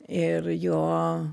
ir jo